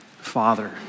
Father